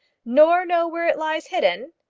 nor know where it lies hidden?